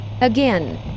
Again